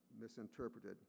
misinterpreted